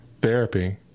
therapy